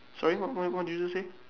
sorry what what what do you just say